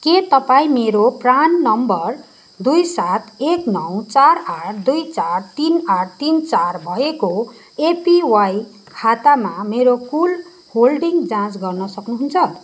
के तपाईँँ मेरो प्रान नम्बर दुई सात एक नौ चार आठ दुई चार तिन आठ तिन चार भएको एपिवाई खातामा मेरो कुल होल्डिङ जाँच गर्न सक्नुहुन्छ